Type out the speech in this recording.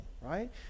right